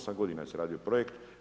8 godina se radio projekt.